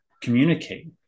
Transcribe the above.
communicate